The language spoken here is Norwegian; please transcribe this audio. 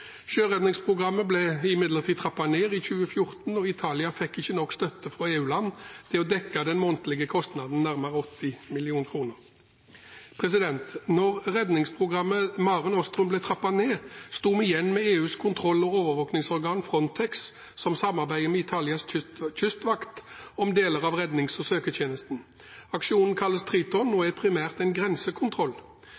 Sjøredningsprogrammet ble imidlertid trappet ned i 2014. Italia fikk ikke nok støtte fra EU-land til å dekke den månedlige kostnaden – nærmere 80 mill. kr. Da redningsprogrammet Mare Nostrum ble trappet ned, sto vi igjen med EUs kontroll- og overvåkningsorgan Frontex, som samarbeider med Italias kystvakt om deler av rednings- og søketjenesten. Aksjonen kalles Triton, og er primært en grensekontroll.